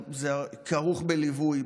זה כרוך בליווי,